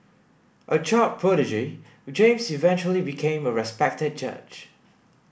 a child prodigy James eventually became a respected judge